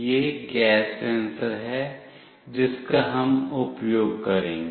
यह gas sensor है जिसका हम उपयोग करेंगे